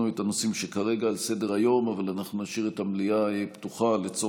החוזרים ונשנים בנחל אלכסנדר והיערכות לעונת המסיק,